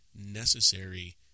necessary